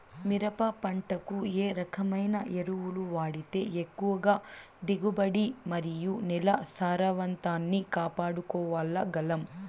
మిరప పంట కు ఏ రకమైన ఎరువులు వాడితే ఎక్కువగా దిగుబడి మరియు నేల సారవంతాన్ని కాపాడుకోవాల్ల గలం?